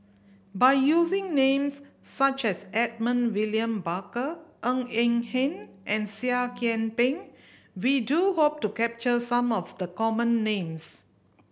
by using names such as Edmund William Barker Ng Eng Hen and Seah Kian Peng we do hope to capture some of the common names